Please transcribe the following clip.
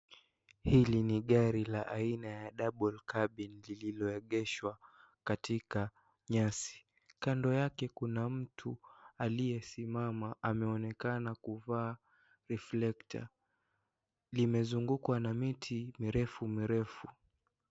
Hili ni gari la aina ya double cabin lililoegeshwa katika nyasi, kando yake kuna mtu aliyesimama ameonekana kuvaa reflector , limezungukwa na miti mirefu mirefu.